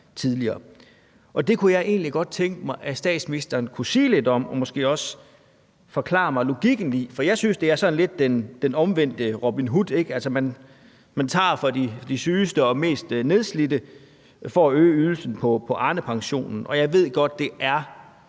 tidligere. Det kunne jeg egentlig godt tænke mig at statsministeren kunne sige lidt om og måske forklare mig logikken i, for jeg synes, det er sådan lidt den omvendte Robin Hood, ikke? Altså, man tager fra de sygeste og mest nedslidte for at øge ydelsen på Arnepensionen, og jeg ved godt, at den